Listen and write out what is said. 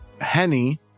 Henny